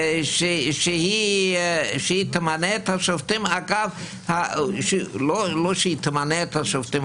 שהיא תמנה את השופטים לא שהיא תמנה שהיא השופטים,